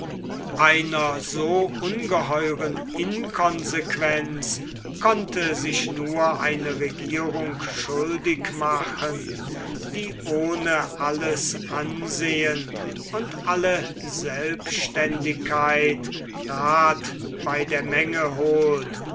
einer so ungeheuren inconsequenz konnte sich nur eine regierung schuldig machen die ohne alles ansehen und alle selbständigkeit rath bei der menge holt